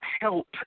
help